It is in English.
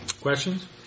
Questions